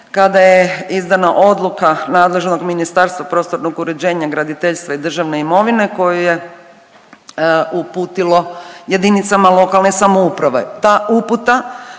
kada je izdana odluka nadležnog Ministarstva prostornog uređenja, graditeljstva i Državne imovine koju je uputilo jedinicama lokalne samouprave.